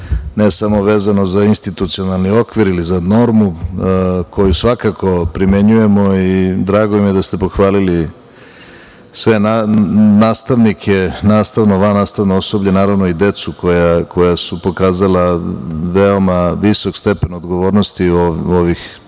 ne samo vezano za institucionalni okvir ili za normu koju svakako primenjujemo. Drago mi je da ste pohvalili sve nastavnike, nastavno, vannastavno osoblje, naravno, i decu koja su pokazala veoma visok stepen odgovornosti u ovih